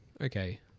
okay